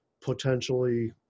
potentially